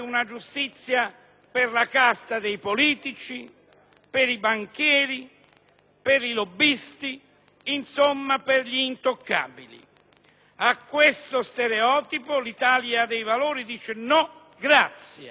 per i lobbisti, insomma per gli intoccabili. A questo stereotipo l'Italia dei Valori dice: «No, grazie». Vogliamo un cambio di rotta e al Paese continueremo a dirlo.